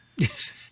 Yes